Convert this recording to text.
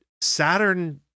Saturn